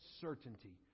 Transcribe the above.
certainty